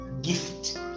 gift